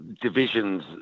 divisions